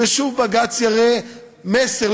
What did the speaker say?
ושוב בג"ץ יראה מסר,